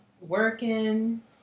Working